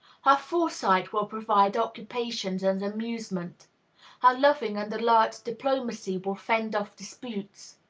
her foresight will provide occupations and amusements her loving and alert diplomacy will fend off disputes.